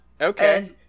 Okay